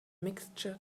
mixture